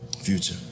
Future